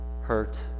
hurt